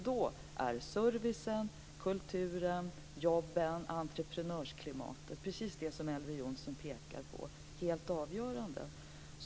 Då är servicen, kulturen, jobben, entreprenörsklimatet - precis det som Elver Jonsson pekar på - helt avgörande.